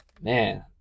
man